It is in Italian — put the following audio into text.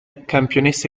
campionessa